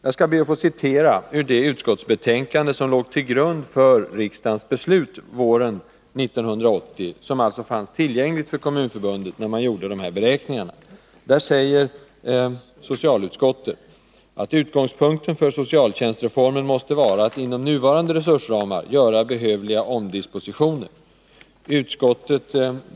Jag skall be att få citera ur det utskottsbetänkande som låg till grund för riksdagens beslut våren 1980, och som alltså fanns tillgängligt för Kommunförbundet när man gjorde de här beräkningarna. Där säger socialutskottet att ”utgångspunkten för socialtjänstreformen måste vara att inom nuvarande resursramar göra behövliga omdispositioner”.